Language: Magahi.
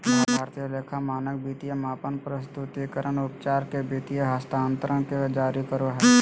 भारतीय लेखा मानक वित्तीय मापन, प्रस्तुतिकरण, उपचार के वित्तीय हस्तांतरण के जारी करो हय